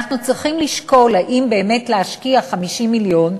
אנחנו צריכים לשקול אם באמת להשקיע 50 מיליון,